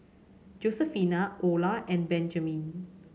Josefina Ola and Benjamin